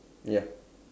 ya